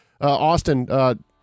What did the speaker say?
Austin